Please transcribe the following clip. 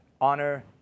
honor